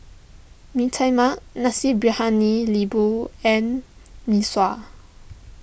Mee Tai Mak Nasi Briyani Lembu and Mee Sua